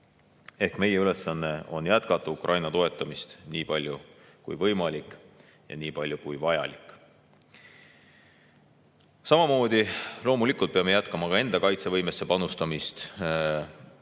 Ehk meie ülesanne on jätkata Ukraina toetamist nii palju kui võimalik ja nii palju kui vajalik. Samamoodi peame loomulikult jätkama enda kaitsevõimesse panustamist